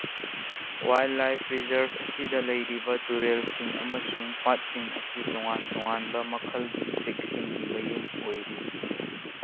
wildlife reserve ꯑꯁꯤꯗ ꯂꯩꯔꯤꯕ ꯇꯨꯔꯦꯜꯁꯤꯡ ꯑꯃꯁꯨꯡ ꯄꯥꯠꯁꯤꯡ ꯑꯁꯤ ꯇꯣꯉꯥꯟ ꯇꯣꯉꯥꯟꯕ ꯃꯈꯜꯒꯤ ꯎꯆꯦꯛꯁꯤꯡꯒꯤ ꯃꯌꯨꯝ ꯑꯣꯏꯔꯤ